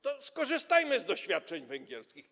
To skorzystajmy z doświadczeń węgierskich.